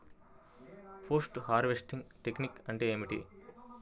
Post harvesting technique అంటే ఏమిటీ?